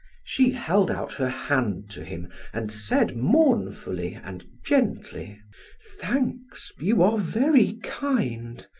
she held out her hand to him and said mournfully and gently thanks, you are very kind.